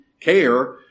care